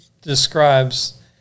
describes